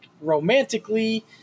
romantically